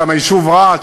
היישוב רהט,